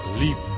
leap